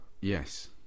Yes